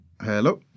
Hello